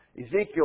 Ezekiel